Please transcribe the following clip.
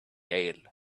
aisle